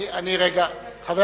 כדי